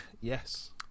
Yes